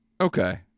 okay